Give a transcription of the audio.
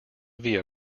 via